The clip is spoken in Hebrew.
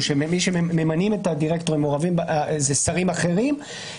או מי שממנים את הדירקטורים מעורבים זה שרים אחרים,